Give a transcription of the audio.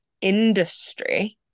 industry